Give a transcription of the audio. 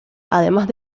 además